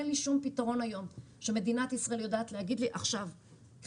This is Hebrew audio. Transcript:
אין לי שום פתרון שמדינת ישראל יודעת להגיד לי: עכשיו קחי,